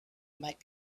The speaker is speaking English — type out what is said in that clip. might